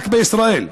רק בישראל.